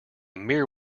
mere